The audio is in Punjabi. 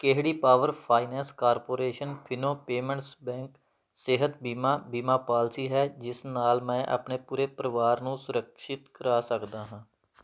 ਕਿਹੜੀ power finance corporation Fino payments bank ਸਿਹਤ ਬੀਮਾ ਬੀਮਾ ਪਾਲਿਸੀ ਹੈ ਜਿਸ ਨਾਲ ਮੈਂ ਆਪਣੇ ਪੂਰੇ ਪਰਿਵਾਰ ਨੂੰ ਸੁਰਿਕਸ਼ਿਤ ਕਰਵਾ ਸਕਦਾ ਹਾਂ